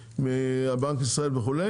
מבנק ישראל וכו',